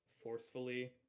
forcefully